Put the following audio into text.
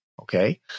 Okay